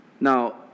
Now